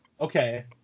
Okay